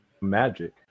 magic